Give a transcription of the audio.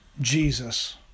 Jesus